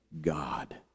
God